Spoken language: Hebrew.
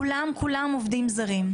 כולם הם עובדים זרים.